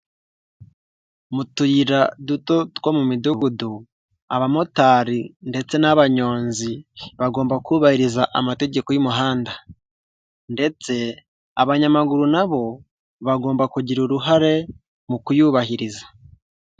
Mu tuyira duto two mu midugudu abamotari ndetse n'abanyonzi bagomba kubahiriza amategeko y'umuhanda. Ndetse abanyamaguru na bo bagomba kugira uruhare mu kuyubahiriza..